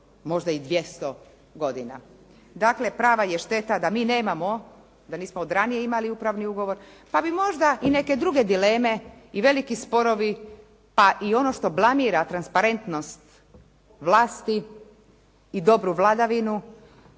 možda i 200 godina. Dakle prava je šteta da mi nemamo, da nismo od ranije imali upravni ugovor pa bi možda i neke druge dileme i veliki sporovi pa i ono što blamira transparentnost vlasti i dobru vladavinu